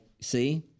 see